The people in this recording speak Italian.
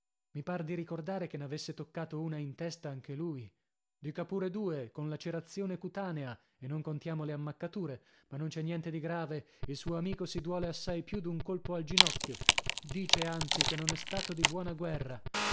mi par di ricordare che n'avesse toccato una in testa anche lui dica pure due con lacerazione cutanea e non contiamo le ammaccature ma non c'è niente di grave il suo amico si duole assai più d'un colpo al ginocchio dice anzi che non è stato di buona guerra